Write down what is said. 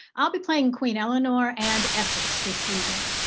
i'll be playing queen eleanor and essex this evening.